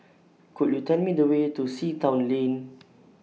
Could YOU Tell Me The Way to Sea Town Lane